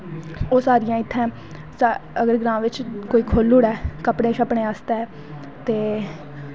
ओह् सारियां अगर ग्रां बिच्च कोई खोली ओड़ै कपड़ैं कुपड़ैं आस्तै ते